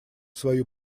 свою